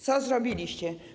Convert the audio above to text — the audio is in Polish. Co zrobiliście?